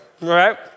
right